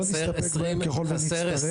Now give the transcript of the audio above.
לא נסתפק בהם ככל ונצטרך.